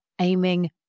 aiming